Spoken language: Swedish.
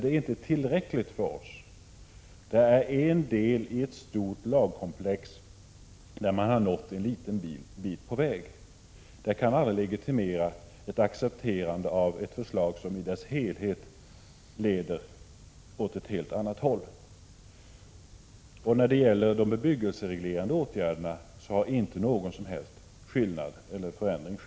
Det är emellertid inte tillräckligt för oss — det är en del i ett stort lagkomplex, där man har nått en liten bit på väg. Det kan aldrig legitimera ett accepterande av ett förslag som i sin helhet leder åt ett helt annat håll. När det gäller de bebyggelsereglerande åtgärderna har det inte skett någon som helst förändring.